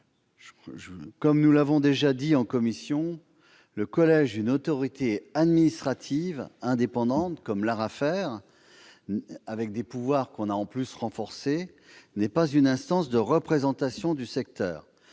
Comme nous l'avons déjà dit en commission, le collège d'une autorité administrative indépendante comme l'ARAFER, dotée de pouvoirs que nous avons renforcés, n'est pas une instance de représentation du secteur